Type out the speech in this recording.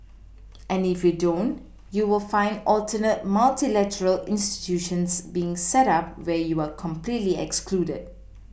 and if you don't you will find alternate multilateral institutions being set up where you are completely excluded